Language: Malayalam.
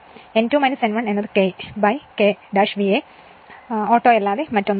N2 N1 എന്നത് K K VA ഓട്ടോ യല്ലാതെ മറ്റൊന്നുമല്ല